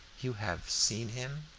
you have seen him?